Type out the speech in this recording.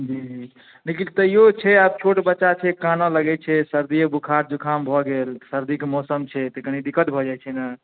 जी जी लेकिन तैयो छै आब छोट बच्चा छै कानऽ लगै छै सर्दिए बुखार जुखाम भऽ गेल सर्दी के मौसम छै तऽ कनी दिक्कत भऽ जाइ छै ने